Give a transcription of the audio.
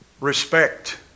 Respect